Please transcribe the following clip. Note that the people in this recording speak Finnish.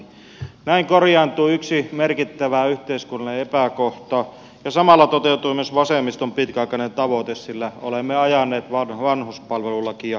näin korjaantui yksi merkittävä yhteiskunnallinen epäkohta ja samalla toteutui myös vasemmiston pitkäaikainen tavoite sillä olemme ajaneet vanhuspalvelulakia jo pitkään